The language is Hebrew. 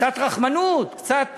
קצת רחמנות, קצת הומניות.